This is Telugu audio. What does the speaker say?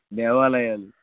దేవాలయాలు